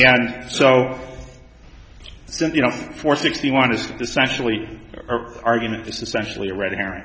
and so you know for sixty one is this actually argument is essentially a red herring